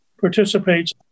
participates